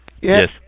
Yes